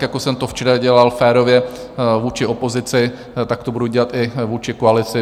Jako jsem to včera dělal férově vůči opozici, tak to budu dělat i vůči koalici.